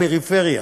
לפריפריה.